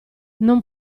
non